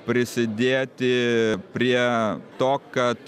prisidėti prie to kad